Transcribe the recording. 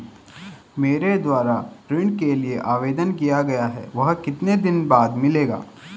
मेरे द्वारा ऋण के लिए आवेदन किया गया है वह कितने दिन बाद मिलेगा?